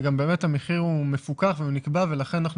והמחיר לגביהם מפוקח ונקבע ולכן אנחנו